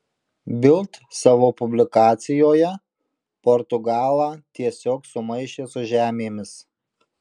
bild savo publikacijoje portugalą tiesiog sumaišė su žemėmis